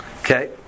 Okay